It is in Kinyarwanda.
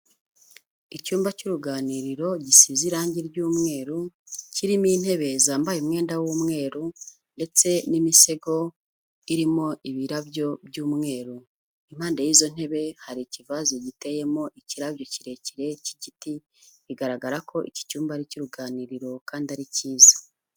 Icyumba cy'uruganiriro gisize irange ry'umweru, kirimo intebe zambaye umwenda w'umweru ndetse n'imisego irimo ibirabyo by'umweru, impande y'izo ntebe hari ikivaze giteyemo ikirabyo kirekire cy'igiti, bigaragara ko iki cyumba ari icy'uruganiriro kandi ari cyiza.